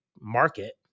market